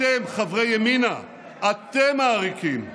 אתם, חברי ימינה, אתם העריקים.